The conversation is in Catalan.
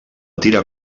tira